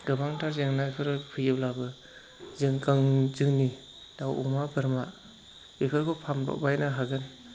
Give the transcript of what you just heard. गोबांथार जेंनाफोर फैयोब्लाबो जों गावनि जोंनि दाउ अमा बोरमा बेफोरखौ फानब्र'ब बायनो हागोन